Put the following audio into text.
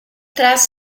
traz